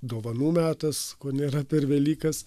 dovanų metas ko nėra per velykas